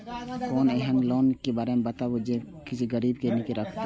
कोनो एहन लोन के बारे मे बताबु जे मे किछ गीरबी नय राखे परे?